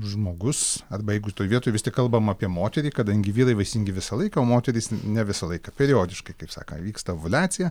žmogus arba jeigu toj vietoj vis tiek kalbam apie moterį kadangi vyrai vaisingi visą laiką o moterys ne visą laiką periodiškai kaip saka vyksta ovuliacija